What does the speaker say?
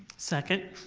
second.